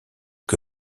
que